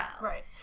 Right